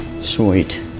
Sweet